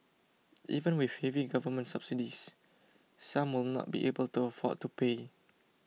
even with heavy government subsidies some will not be able to afford to pay